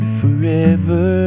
forever